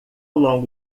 longo